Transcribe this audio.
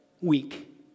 week